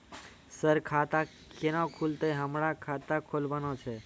Sir खाता केना खुलतै, हमरा खाता खोलवाना छै?